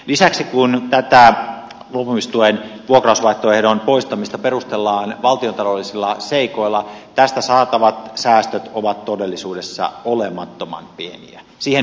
lisäksi kun tätä luopumistuen vuokrausvaihtoehdon poistamista perustellaan valtiontaloudellisilla seikoilla tästä saatavat säästöt ovat todellisuudessa olemattoman pieniä siihen hyötyyn nähden